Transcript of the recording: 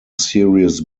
serious